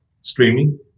Streaming